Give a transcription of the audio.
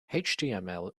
html